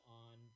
on